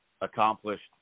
accomplished